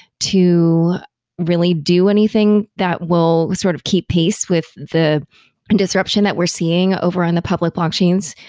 to really do anything that will sort of keep pace with the and disruption that we're seeing over on the public blockchains,